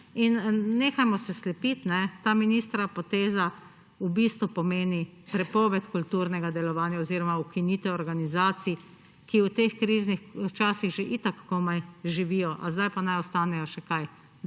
In nehajmo se slepiti! Ta ministrova poteza v bistvu pomeni prepoved kulturnega delovanja oziroma ukinitev organizacij, ki v teh kriznih časih že itak komaj živijo, a zdaj pa naj ostanejo – še kaj?